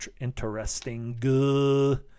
interesting